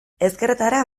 ezkerretara